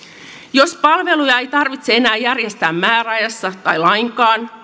jos palveluja ei tarvitse enää järjestää määräajassa tai lainkaan